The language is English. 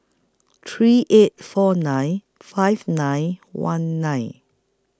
three eight four nine five nine one nine